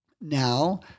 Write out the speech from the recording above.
Now